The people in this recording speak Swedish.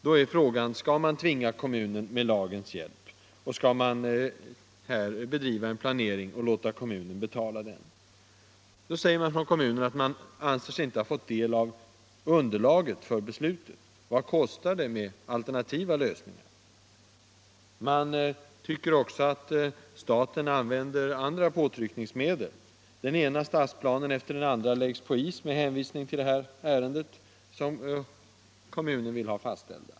Då är frågan om man skall tvinga kommunen med lagens hjälp. Skall man här göra en planering och låta kommunen betala den? Från kommunen säger man, att man inte anser sig ha fått del av underlaget för beslutet, och man har inte fått veta något om vad det kostar med alternativa lösningar. Man tycker vidare att staten här använder sig av andra påtryckningsmedel. Den ena stadsplanen efter den andra, som kommunen vill ha fastställd, läggs på is med hänvisning till detta ärende.